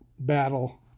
battle